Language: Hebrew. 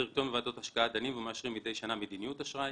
הדירקטוריון וועדות ההשקעה דנים ומאשרים מידי שנה מדיניות אשראי